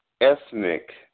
ethnic